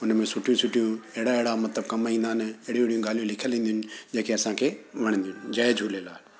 उन में सुठियूं सुठियूं अहिड़ा अहिड़ा मतिलबु कमु ईंदा आहिनि अहिड़ियूं अहिड़ियूं ॻाल्हियूं लिखियल ईंदियूं आहिनि जेके असांखे वणंदियूं आहिनि जय झूलेलाल